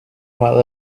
while